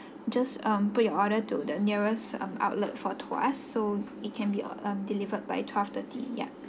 just um put your order to the nearest um outlet for tuas so it can be um delivered by twelve thirty yup